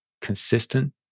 consistent